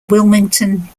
wilmington